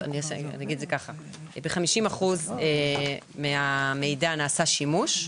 ב-50% מהמידע נעשה שימוש.